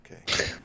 Okay